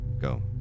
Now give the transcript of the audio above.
Go